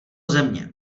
země